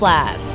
Lab